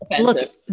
Look